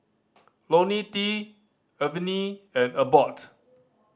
Ionil T Avene and Abbott